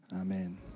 amen